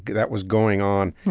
that was going on,